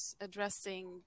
addressing